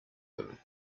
him